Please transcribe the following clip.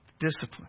Discipline